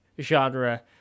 genre